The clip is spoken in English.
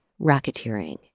racketeering